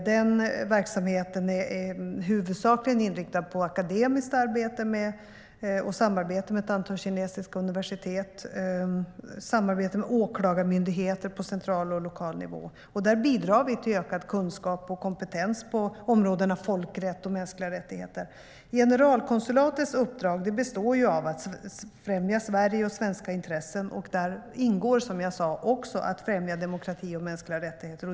Den verksamheten är huvudsakligen inriktad på akademiska arbeten, samarbete med ett antal kinesiska universitet och samarbete med åklagarmyndigheter på central och lokal nivå. Där bidrar vi till ökad kunskap och kompetens på områdena folkrätt och mänskliga rättigheter. Generalkonsulatets uppdrag består av att främja Sverige och svenska intressen. Där ingår också att främja demokrati och mänskliga rättigheter.